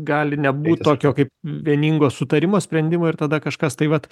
gali nebūt tokio kaip vieningo sutarimo sprendimo ir tada kažkas tai vat